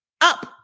up